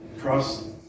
cross